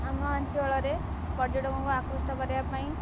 ଆମ ଅଞ୍ଚଳରେ ପର୍ଯ୍ୟଟକଙ୍କୁ ଆକୃଷ୍ଟ କରିବା ପାଇଁ